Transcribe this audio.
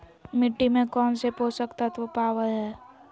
मिट्टी में कौन से पोषक तत्व पावय हैय?